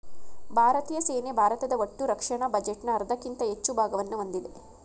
ಭಾರತೀಯ ಸೇನೆ ಭಾರತದ ಒಟ್ಟುರಕ್ಷಣಾ ಬಜೆಟ್ನ ಅರ್ಧಕ್ಕಿಂತ ಹೆಚ್ಚು ಭಾಗವನ್ನ ಹೊಂದಿದೆ